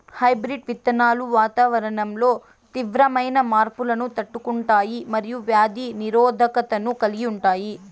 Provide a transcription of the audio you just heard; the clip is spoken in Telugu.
హైబ్రిడ్ విత్తనాలు వాతావరణంలో తీవ్రమైన మార్పులను తట్టుకుంటాయి మరియు వ్యాధి నిరోధకతను కలిగి ఉంటాయి